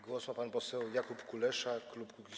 Głos ma pan poseł Jakub Kulesza, klub Kukiz’15.